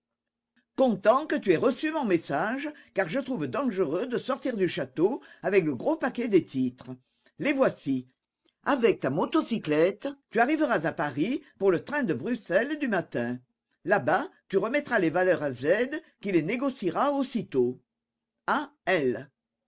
content que tu aies reçu mon message car je trouve dangereux de sortir du château avec le gros paquet des titres les voici avec ta motocyclette tu arriveras à paris pour le train de bruxelles du matin là-bas tu remettras les valeurs à z qui les négociera aussitôt a l